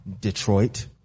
Detroit